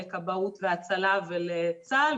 לכבאות והצלה ולצה"ל.